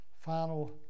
final